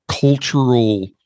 cultural